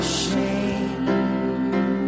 shame